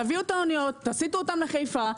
תביאו את האוניות, תסיטו אותן לחיפה.